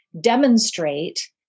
demonstrate